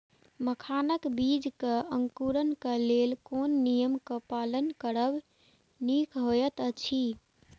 मखानक बीज़ क अंकुरन क लेल कोन नियम क पालन करब निक होयत अछि?